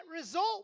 result